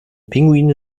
pinguine